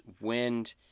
Wind